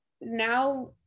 Now